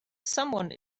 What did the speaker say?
someone